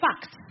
facts